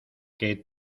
que